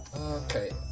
okay